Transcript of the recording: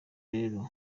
rero